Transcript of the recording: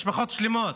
משפחות שלמות.